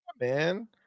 man